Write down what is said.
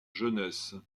jeunesse